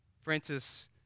Francis